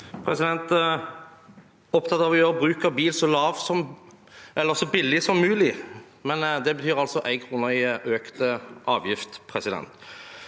En er opptatt av å gjøre bruk av bil så billig som mulig, men det betyr altså 1 kr i økt avgift.